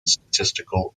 statistical